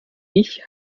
ich